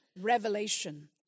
revelation